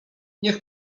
niech